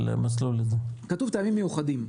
-- כתוב: טעמים מיוחדים.